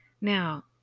now